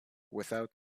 without